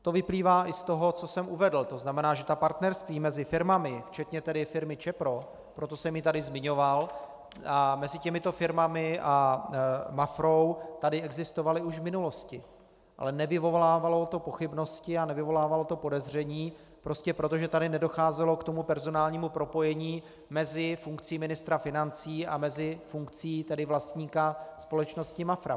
To vyplývá i z toho, co jsem uvedl, to znamená, že ta partnerství mezi firmami včetně firmy ČEPRO, proto jsem ji tady zmiňoval, mezi těmito firmami a Mafrou tady existovala už v minulosti, ale nevyvolávalo to pochybnosti a nevyvolávalo to podezření prostě proto, že tady nedocházelo k personálnímu propojení mezi funkcí ministra financí a mezi funkcí vlastníka společnosti Mafra.